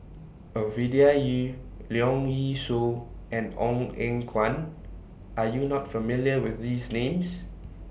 Ovidia Yu Leong Yee Soo and Ong Eng Guan Are YOU not familiar with These Names